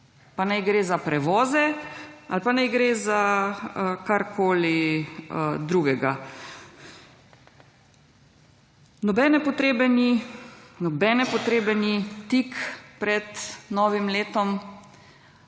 pa naj gre za prevoze ali pa naj gre za karkoli drugega. Nobene potrebe ni tik pred novim letom